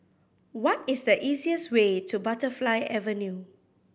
what is the easiest way to Butterfly Avenue